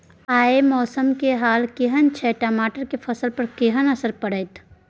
आय मौसम के हाल केहन छै टमाटर के फसल पर केहन असर परतै?